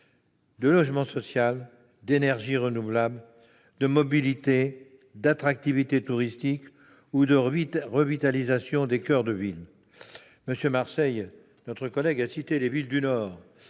de logement social, d'énergies renouvelables, de mobilité, d'attractivité touristique ou de revitalisation des coeurs de ville. Notre collègue Hervé Marseille a cité les villes du nord